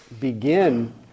begin